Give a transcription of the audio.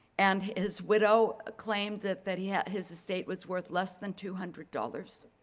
and his widow claimed that that yeah his estate was worth less than two hundred dollars.